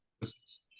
business